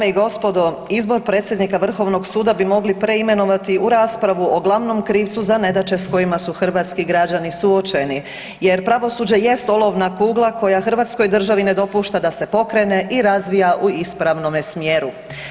Dame i gospodo izbor predsjednika Vrhovnog suda bi mogli preimenovati u raspravu o glavnom krivcu za nedaće s kojima su hrvatski građani suočeni jer pravosuđe jest olovna kugla koja hrvatskoj državi ne dopušta da se pokrene i razvija u ispravnome smjeru.